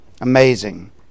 Amazing